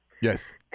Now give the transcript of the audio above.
Yes